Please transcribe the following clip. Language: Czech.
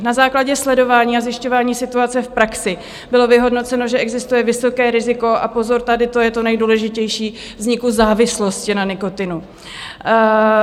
Na základě sledování a zjišťování situace v praxi bylo vyhodnoceno, že existuje vysoké riziko a pozor, tady to je to nejdůležitější vzniku závislosti na nikotinu.